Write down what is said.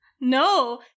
no